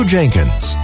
Jenkins